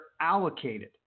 allocated